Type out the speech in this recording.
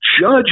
judge